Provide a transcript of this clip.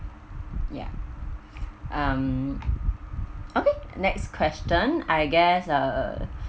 ya um okay next question I guess uh